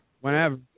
whenever